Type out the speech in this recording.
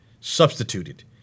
substituted